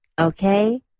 okay